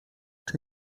czy